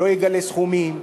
לא אגלה סכומים.